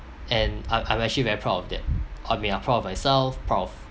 and I'm I'm actually very proud of that I mean I'm proud of myself proud of